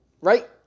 right